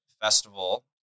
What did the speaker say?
festival